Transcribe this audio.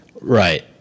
Right